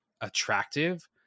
attractive